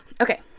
Okay